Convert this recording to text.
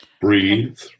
Breathe